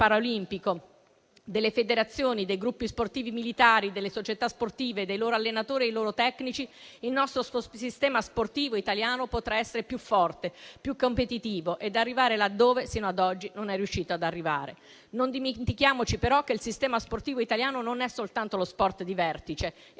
delle federazioni, dei gruppi sportivi militari, delle società sportive e dei loro allenatori e tecnici, il nostro sistema sportivo italiano potrà essere più forte e più competitivo e arrivare laddove sino ad oggi non è riuscito ad arrivare. Non dimentichiamoci però che il sistema sportivo italiano non è soltanto lo sport di vertice.